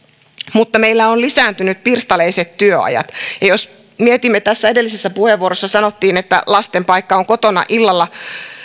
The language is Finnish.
mutta meillä ovat lisääntyneet pirstaleiset työajat ja jos mietimme kun edellisessä puheenvuorossa sanottiin että lasten paikka on kotona illalla